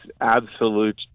absolute